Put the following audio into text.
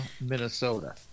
Minnesota